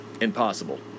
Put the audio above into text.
Impossible